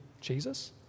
Jesus